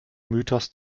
mythos